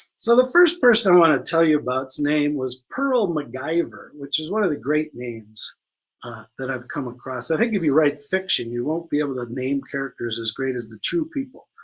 so the first person i want to tell you about, her name was pearl mciver, which is one of the great names that i've come across. i think if you write fiction, you won't be able to name characters as great as the true people.